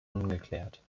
ungeklärt